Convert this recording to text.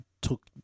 took